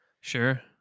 Sure